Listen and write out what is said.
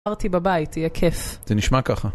אמרתי בבית, תהיה כיף. זה נשמע ככה.